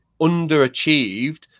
underachieved